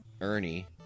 Ernie